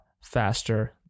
faster